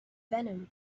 venom